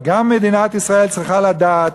אבל גם מדינת ישראל צריכה לדעת,